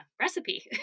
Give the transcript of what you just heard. recipe